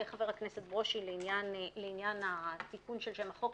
חבר הכנסת ברושי לעניין התיקון של שם החוק,